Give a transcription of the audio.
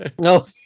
No